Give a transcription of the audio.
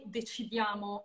decidiamo